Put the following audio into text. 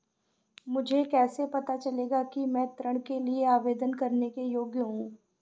मुझे कैसे पता चलेगा कि मैं ऋण के लिए आवेदन करने के योग्य हूँ?